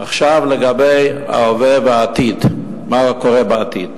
עכשיו, לגבי ההווה והעתיד, מה קורה בעתיד.